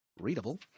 readable